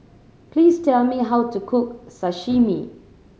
please tell me how to cook Sashimi